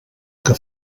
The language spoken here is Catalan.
que